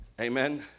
amen